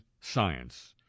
Science